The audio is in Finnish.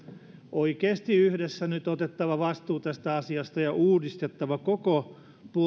oikeasti nyt yhdessä ottaa vastuu tästä asiasta ja uudistaa koko